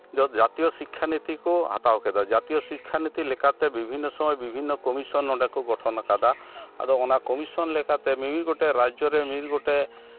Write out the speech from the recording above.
ᱡᱚᱛ ᱡᱟᱹᱛᱤᱭᱚ ᱥᱤᱠᱠᱷᱟᱱᱤᱛᱤ ᱠᱚ ᱦᱟᱛᱟᱣ ᱠᱮᱫᱟ ᱡᱟᱹᱛᱤᱭᱚ ᱥᱤᱠᱠᱷᱟᱱᱚᱤᱛᱤ ᱞᱮᱠᱟᱛᱮ ᱵᱤᱵᱷᱤᱱᱱᱚ ᱥᱚᱢᱚᱭ ᱵᱤᱵᱷᱤᱱᱱᱚ ᱠᱚᱢᱤᱥᱚᱱ ᱱᱚᱰᱮ ᱠᱚ ᱜᱚᱴᱷᱚᱱᱟᱠᱟᱫᱟ ᱟᱫᱚ ᱚᱱᱟ ᱠᱚᱢᱤᱥᱚᱱ ᱞᱮᱠᱟᱛᱮ ᱢᱤᱼᱢᱤᱫ ᱜᱚᱴᱮᱡ ᱨᱟᱡᱽᱡᱚ ᱨᱮ ᱢᱤᱼᱢᱤᱫ ᱜᱚᱪᱮᱡ